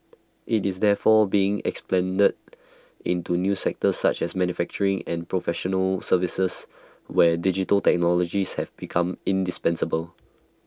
IT is therefore being expanded into new sectors such as manufacturing and professional services where digital technologies have become indispensable